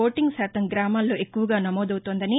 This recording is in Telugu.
ఓటింగ్ శాతం గ్రామాల్లో ఎక్కువుగా నమోదవుతుందని